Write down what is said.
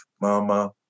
Mama